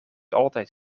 altijd